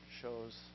shows